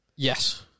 Yes